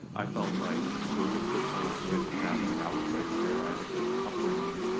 i felt like it was a good place to raise a family. i was raised here, i had a good upbringing,